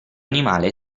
animale